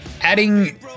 adding